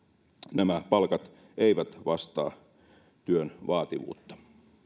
nämä palkat eivät vastaa työn vaativuutta